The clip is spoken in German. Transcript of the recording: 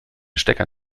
stecker